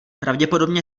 pravděpodobně